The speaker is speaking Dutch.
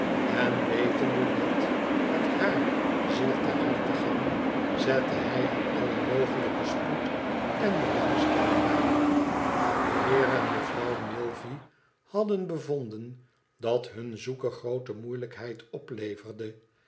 en wetende dat het haar zeer ter harte ging zette hij er allen mogelijken spoed en belangstelling bij de heer en mevrouw milvey hadden bevonden dat hun zoeken groote moeilijkheid opleverde